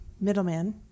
Middleman